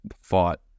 fought